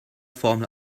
formel